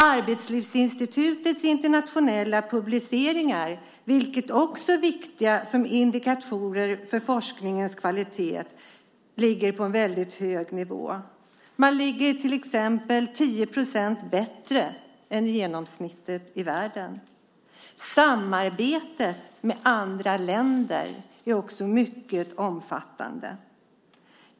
Arbetslivsinstitutets internationella publiceringar, vilka också är viktiga som indikatorer på forskningens kvalitet, ligger på en väldigt hög nivå. Man ligger till exempel 10 % bättre än genomsnittet i världen. Samarbetet med andra länder är också mycket omfattande.